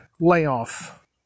layoff